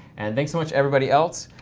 and thanks so much, everybody else.